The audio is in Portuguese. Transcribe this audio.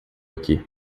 aqui